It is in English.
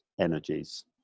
energies